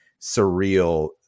surreal